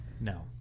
No